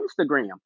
Instagram